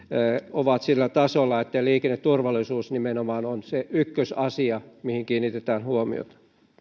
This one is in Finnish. ovat sillä tasolla että liikenneturvallisuus nimenomaan on se ykkösasia mihin kiinnitetään huomiota